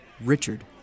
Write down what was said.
Richard